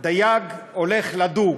דייג הולך לדוג,